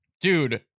Dude